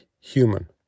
human